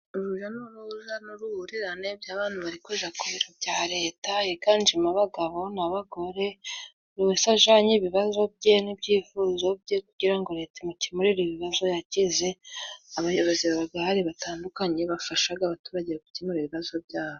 Uruja n'uruza n'uruhurirane by'abantu bari kuja ku biro bya leta higanjemo:abagabo, n'abagore buri wese ajanye ibibazo bye n'ibyifuzo bye kugira ngo leta imukemurire ibibazo yagize, abayobozi babaga bahari batandukanye bafashaga abaturage gukemura ibibazo byabo.